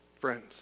Friends